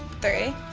three.